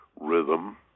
rhythm